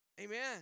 Amen